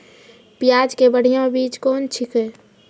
प्याज के बढ़िया बीज कौन छिकै?